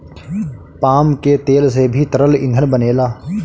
palm के तेल से भी तरल ईंधन बनेला